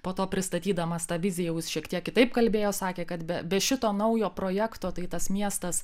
po to pristatydamas tą viziją jau jis šiek tiek kitaip kalbėjo sakė kad be be šito naujo projekto tai tas miestas